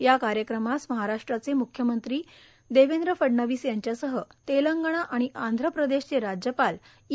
या कार्यक्रमास महाराष्ट्राचे म्ख्यमंत्री देवेंद्र फडणवीस यांच्यासह तेलंगणा आणि आंध्र प्रदेशचे राज्यपाल ई